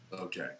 Okay